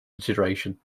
consideration